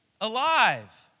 alive